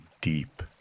deep